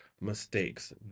mistakes